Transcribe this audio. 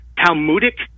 Talmudic